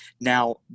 Now